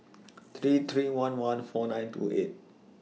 three three one one four nine two eight